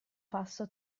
passo